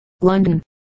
London